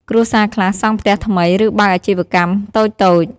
គ្រួសារខ្លះសង់ផ្ទះថ្មី ឬបើកអាជីវកម្មតូចៗ។